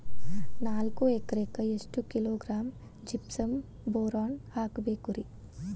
ನಾಲ್ಕು ಎಕರೆಕ್ಕ ಎಷ್ಟು ಕಿಲೋಗ್ರಾಂ ಜಿಪ್ಸಮ್ ಬೋರಾನ್ ಹಾಕಬೇಕು ರಿ?